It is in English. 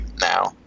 Now